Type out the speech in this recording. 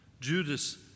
Judas